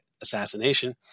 assassination